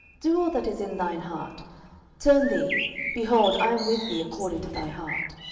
do all that is in thine heart turn thee behold, i am with thee according to thy heart.